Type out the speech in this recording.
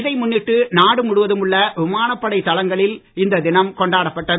இதை முன்னிட்டு நாடு முழுவதும் உள்ள விமானப்படைத் தளங்களில் இந்த தினம் கொண்டாடப்பட்டது